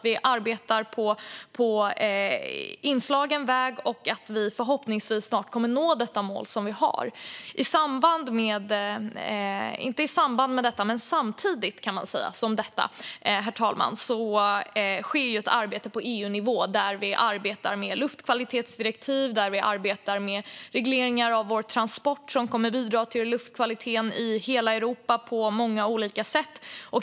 Vi arbetar på inslagen väg och kommer förhoppningsvis snart att nå det mål vi har. Samtidigt, herr talman, sker ett arbete på EU-nivå där vi arbetar med luftkvalitetsdirektiv och med regleringar av vår transport som kommer att bidra till luftkvaliteten i hela Europa på många olika sätt.